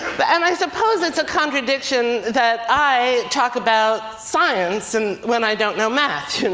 but and i suppose it's a contradiction that i talk about science and when i don't know math. you and